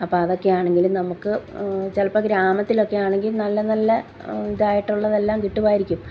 അപ്പം അതൊക്കെ ആണെങ്കിൽ നമുക്ക് ചിലപ്പം ഗ്രാമത്തിലൊക്കെ ആണെങ്കിൽ നല്ല നല്ല ഇതായിട്ടുള്ളതെല്ലാം കിട്ടുമായിരിക്കും